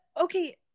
okay